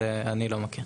אילן מ-"אדום אדום",